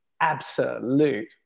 absolute